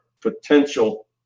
potential